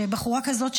שבחורה כזאת,